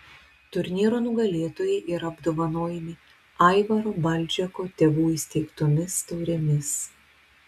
turnyro nugalėtojai yra apdovanojami aivaro balžeko tėvų įsteigtomis taurėmis